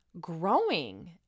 growing